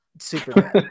Superman